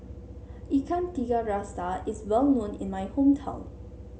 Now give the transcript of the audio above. Ikan Tiga Rasa is well known in my hometown